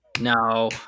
No